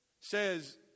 says